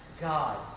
God